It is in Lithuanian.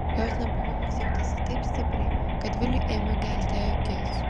jos nebuvimas jautėsi taip stipriai kad viliui ėmė gelti akis